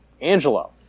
Angelo